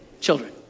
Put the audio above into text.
Children